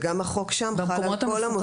החוק שם חל על כל המוסדות.